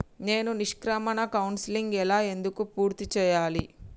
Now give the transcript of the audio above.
నేను నిష్క్రమణ కౌన్సెలింగ్ ఎలా ఎందుకు పూర్తి చేయాలి?